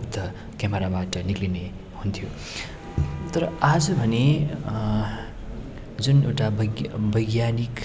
उक्त क्यामराबाट निक्लिने हुन्थ्यो तर आज भने जुन एउटा बैज्ञ बैज्ञानिक